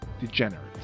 degenerates